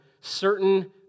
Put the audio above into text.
certain